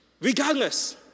regardless